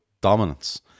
dominance